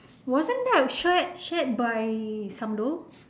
wasn't that shared shared by Samdol